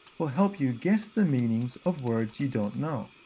will help you guess the meanings of words you don't know.